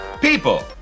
People